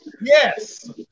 Yes